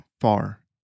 far